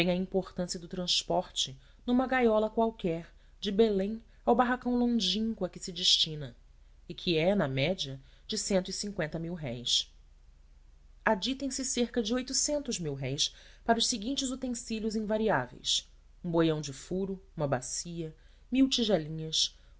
a importância do transporte num gaiola qualquer de belém ao barracão longínquo a que se destina e que é na média de ditame cerca de mil-réis para os seguintes utensílios invariáveis um boião de furo uma bacia mil